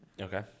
Okay